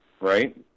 right